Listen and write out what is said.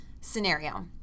Scenario